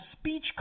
speech